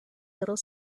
little